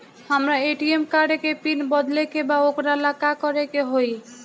हमरा ATM card के पिन बदले के बा वोकरा ला का करे के होई?